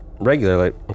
regularly